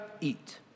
eat